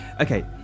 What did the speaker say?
Okay